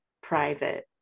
private